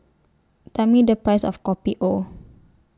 Tell Me The Price of Kopi O